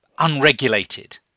unregulated